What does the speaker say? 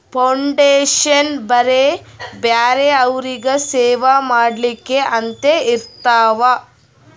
foundation ಬರೇ ಬ್ಯಾರೆ ಅವ್ರಿಗ್ ಸೇವಾ ಮಾಡ್ಲಾಕೆ ಅಂತೆ ಇರ್ತಾವ್